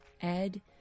Ed